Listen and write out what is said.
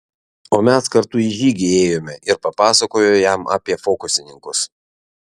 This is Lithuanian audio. o mes kartu į žygį ėjome ir papasakojo jam apie fokusininkus